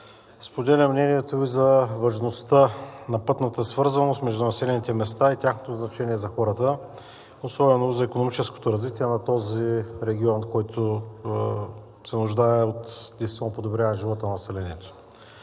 споделям мнението Ви за важността на пътната свързаност между населените места и тяхното значение за хората, особено за икономическото развитие на този регион, който се нуждае от действително подобряване на живота на населението.